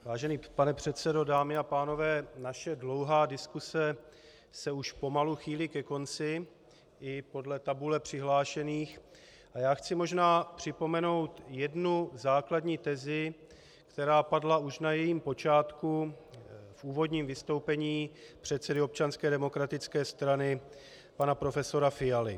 Vážený pane předsedo, dámy a pánové, naše dlouhá diskuse se už pomalu chýlí ke konci i podle tabule přihlášených a já chci možná připomenout jednu základní tezi, která padla už na jejím počátku v úvodním vystoupení předsedy Občanské demokratické strany, pana profesora Fialy.